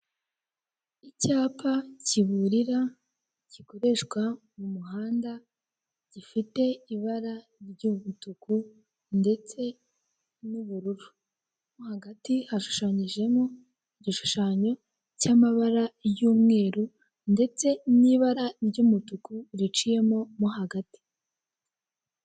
Icyapa kiburira gikoreshwa mu muhanda, gifite ibara ry'umutuku ndetse n'uburu, hagati hashushanyije mo, igishushanyo cy'amabara y'umweru, ndetse n'ibara ry'umutuku riciyemo mo hagati.